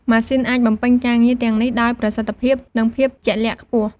ម៉ាស៊ីនអាចបំពេញការងារទាំងនេះដោយប្រសិទ្ធភាព និងភាពជាក់លាក់ខ្ពស់។